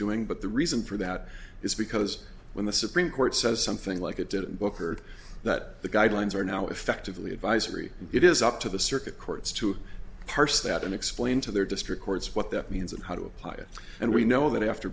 doing but the reason for that is because when the supreme court says something like it didn't book or that the guidelines are now effectively advisory it is up to the circuit courts to parse that and explain to their district courts what that means and how to apply it and we know that after